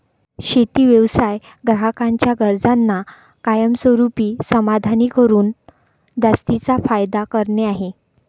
शेती व्यवसाय ग्राहकांच्या गरजांना कायमस्वरूपी समाधानी करून जास्तीचा फायदा करणे आहे